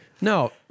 No